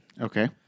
Okay